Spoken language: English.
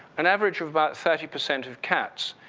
an average of about thirty percent of cats,